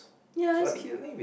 ya that's cute